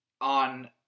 on